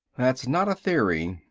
that's not a theory,